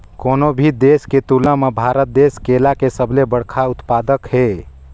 कोनो भी देश के तुलना म भारत देश केला के सबले बड़खा उत्पादक हे